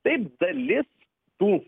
taip dalis tų